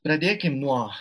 pradėkim nuo